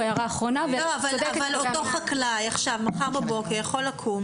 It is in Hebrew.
אותו חקלאי מחר בבוקר יכול לקום,